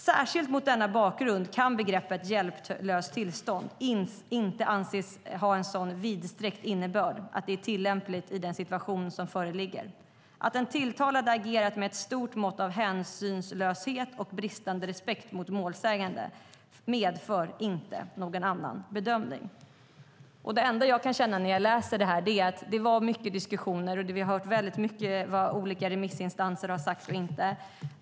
Särskilt mot denna bakgrund kan begreppet hjälplöst tillstånd inte anses ha en så vidsträckt innebörd att det är tillämpligt i en situation som den förevarande. Att de tilltalade agerat med ett stort mått av hänsynslöshet och bristande respekt för målsäganden medför inte någon annan bedömning." Den enda jag kan känna när jag läser detta är att det var mycket diskussioner. Vi har hört mycket vad olika remissinstanser har sagt och inte.